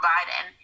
Biden